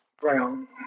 Brown